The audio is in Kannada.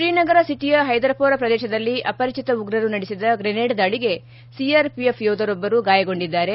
ಶ್ರೀನಗರ ಸಿಟಿಯ ಹೈದರ್ಮೋರ ಪ್ರದೇಶದಲ್ಲಿ ಅಪರಿಚಿತ ಉಗ್ರರು ನಡೆಸಿದ ಗ್ರೆನೇಡ್ ದಾಳಿಗೆ ಸಿಆರ್ಪಿಎಫ್ ಯೋಧರೊಬ್ಬರು ಗಾಯಗೊಂಡಿದ್ದಾರೆ